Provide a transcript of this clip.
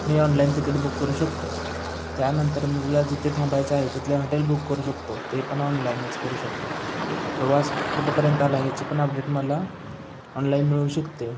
मी online तिकीट book करू शकतो त्यानंतर मी जिला जिथे थांबायचे आहे तिथले हॉटेल बुक करू शकतो ते पण ऑनलाईनच करू शकतो प्रवास कुठंपर्यंत आला याची पण अपडेट मला ऑनलाईन मिळू शकते